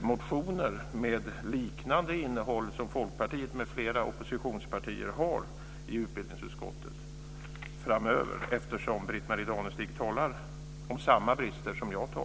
motioner med liknande innehåll som de motioner som Folkpartiet m.fl. oppositionspartier har lagt fram? Britt-Marie Danestig talar ju om samma brister som jag.